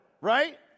right